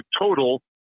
total